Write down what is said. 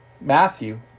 Matthew